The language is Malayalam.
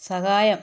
സഹായം